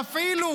תפעילו.